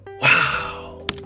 wow